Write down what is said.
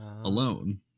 alone